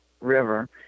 river